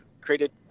created